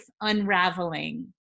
Unraveling